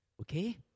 Okay